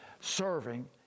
Serving